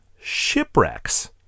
shipwrecks